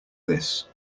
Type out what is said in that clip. this